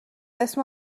اسم